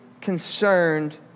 concerned